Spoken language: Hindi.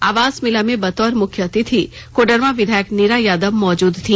आवास मेला में बतौर मुख्य अतिथि कोडरमा विधायक नीरा यादव मौजूद थी